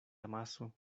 amaso